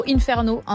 Inferno